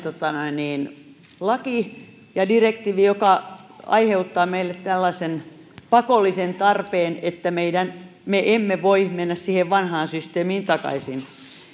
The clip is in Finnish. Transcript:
laki ja direktiivi joka aiheuttaa meille tällaisen pakollisen tarpeen että me emme voi mennä siihen vanhaan systeemiin takaisin